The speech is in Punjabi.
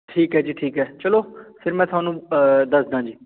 ਠੀਕ ਹੈ ਜੀ ਠੀਕ ਹੈ ਚਲੋ ਫਿਰ ਮੈਂ ਤੁਹਾਨੂੰ ਦੱਸਦਾ ਜੀ